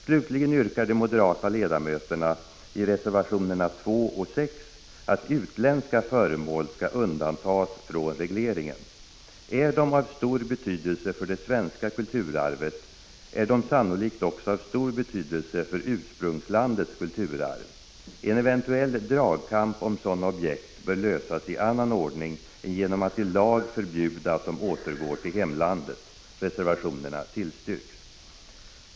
Slutligen yrkar de moderata ledamöterna i reservationerna 2 och 6 att utländska föremål skall undantas från regleringen. Är de av stor betydelse för det svenska kulturarvet är de sannolikt också av stor betydelse för ursprungslandets kulturarv. En eventuell dragkamp om sådana objekt bör lösas i annan ordning än genom att i lag förbjuda att de återgår till hemlandet. Reservationerna tillstyrks.